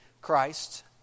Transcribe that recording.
Christ